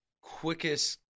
quickest